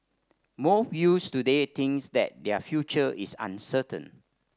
more youths today thinks that their future is uncertain